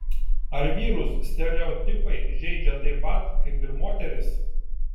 ar vyrus stereotipai žeidžia taip pat kaip ir moteris